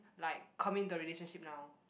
like commit to a relationship now